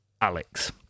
Alex